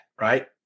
right